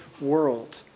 world